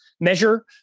measure